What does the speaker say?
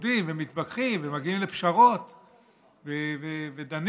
ועובדים ומתווכחים ומגיעים לפשרות ודנים.